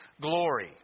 glory